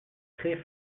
très